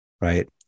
Right